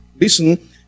listen